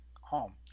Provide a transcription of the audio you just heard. home